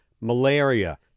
malaria